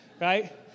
Right